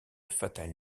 fatale